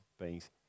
beings